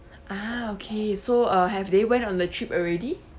ah okay so uh have they went on the trip already